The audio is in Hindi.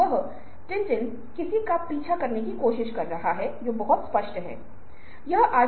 उदाहरण के लिए आज लिंग के संदर्भ में जब भी हम किसी को संबोधित करते हैं तो हम उसका उपयोग करते हैं जब वह अज्ञात होता है